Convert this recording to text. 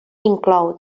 inclou